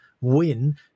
win